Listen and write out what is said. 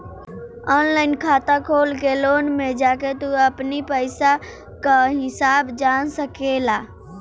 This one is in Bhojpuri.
ऑनलाइन खाता खोल के लोन में जाके तू अपनी पईसा कअ हिसाब जान सकेला